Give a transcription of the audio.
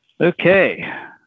Okay